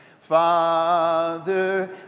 Father